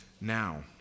now